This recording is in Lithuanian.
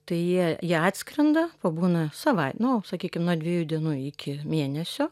tai jie jie atskrenda pabūna savai nu sakykim nuo dviejų dienų iki mėnesio